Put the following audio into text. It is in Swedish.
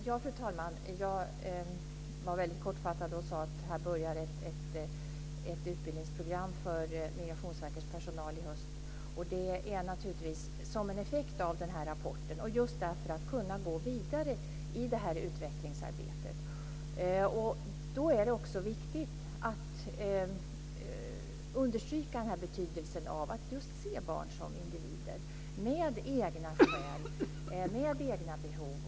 Fru talman! Jag var väldigt kortfattad, och sade att ett utbildningsprogram för Migrationsverkets personal börjar i höst. Det sker naturligtvis som en effekt av rapporten, för att kunna gå vidare i utvecklingsarbetet. Då är det också viktigt att understryka betydelsen av att se barn som individer, med egna skäl och egna behov.